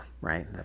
right